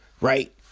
Right